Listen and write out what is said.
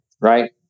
right